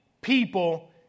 people